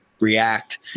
react